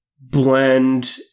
blend